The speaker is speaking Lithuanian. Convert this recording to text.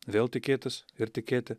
vėl tikėtis ir tikėti